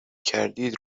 کردید